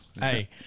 Hey